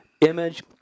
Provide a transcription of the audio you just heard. Image